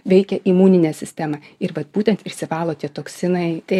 veikia imuninė sistema ir vat būtent išsivalo tie toksinai tai